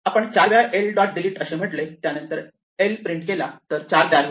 आपण चार वेळा l डॉट डिलीट असे म्हटले आणि त्यानंतर l प्रिंट केला तर 4 तयार होतो